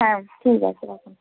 হ্যাঁ ঠিক আছে রাখুন